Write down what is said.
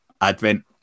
Advent